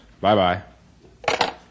Bye-bye